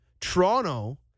Toronto